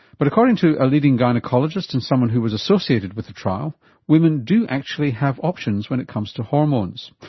but according to a leading gynaecologist and someone who was associated with the trial women do actually have options when it comes to hormones.